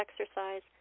exercise